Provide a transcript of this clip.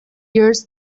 years